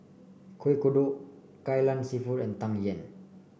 Kuih Kodok Kai Lan seafood and Tang Yuen